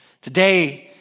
Today